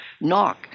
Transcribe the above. Knock